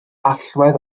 allwedd